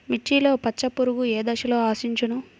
మిర్చిలో పచ్చ పురుగు ఏ దశలో ఆశించును?